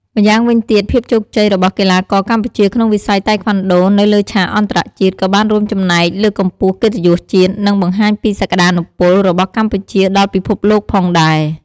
ម្យ៉ាងវិញទៀត ភាពជោគជ័យរបស់កីឡាករកម្ពុជាក្នុងវិស័យតៃក្វាន់ដូនៅលើឆាកអន្តរជាតិ ក៏បានរួមចំណែកលើកកម្ពស់កិត្តិយសជាតិ និងបង្ហាញពីសក្ដានុពលរបស់កម្ពុជាដល់ពិភពលោកផងដែរ។